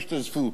תשתזפו.